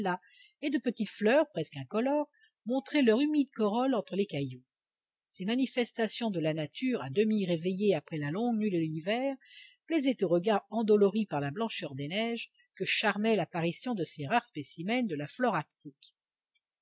et de petites fleurs presque incolores montraient leur humide corolle entre les cailloux ces manifestations de la nature à demi réveillée après la longue nuit de l'hiver plaisaient au regard endolori par la blancheur des neiges que charmait l'apparition de ces rares spécimens de la flore arctique